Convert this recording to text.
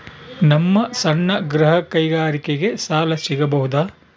ನಮ್ಮ ಸಣ್ಣ ಗೃಹ ಕೈಗಾರಿಕೆಗೆ ಸಾಲ ಸಿಗಬಹುದಾ?